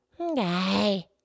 Okay